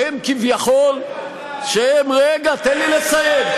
שהם כביכול, רגע, תן לי לסיים.